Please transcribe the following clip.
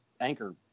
anchor